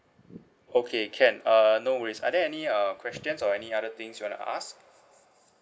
okay can uh no worries are there any uh questions or any other things you want to ask